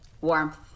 Warmth